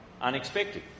Unexpected